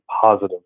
positive